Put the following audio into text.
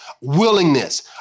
Willingness